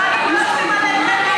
אז כל הכבוד לך,